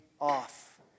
off